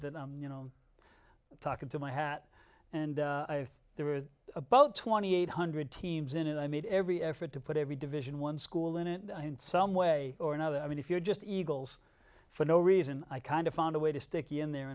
that you know talking to my hat and i thought there were about twenty eight hundred teams in and i made every effort to put every division one school in it in some way or another i mean if you're just eagles for no reason i kind of found a way to stick in there